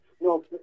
No